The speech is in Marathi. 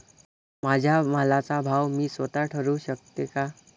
माझ्या मालाचा भाव मी स्वत: ठरवू शकते का?